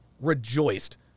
rejoiced